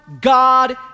God